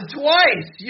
twice